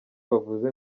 bavuze